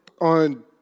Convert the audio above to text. on